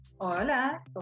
Hola